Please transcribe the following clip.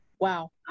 Wow